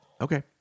Okay